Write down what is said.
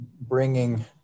bringing